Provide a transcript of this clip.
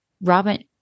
Robin